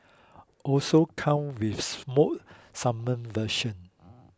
also comes with smoked salmon version